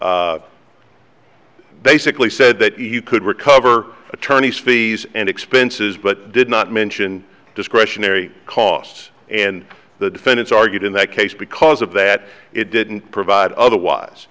basically said that you could recover attorney's fees and expenses but did not mention discretionary costs and the defendants argued in that case because of that it didn't provide otherwise